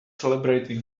celebrating